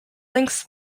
links